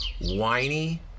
whiny